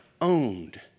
owned